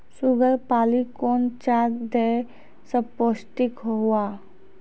Sugar पाली कौन चार दिय जब पोस्टिक हुआ?